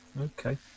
Okay